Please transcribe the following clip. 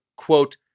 Quote